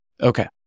Okay